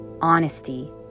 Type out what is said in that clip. Honesty